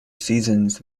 seasons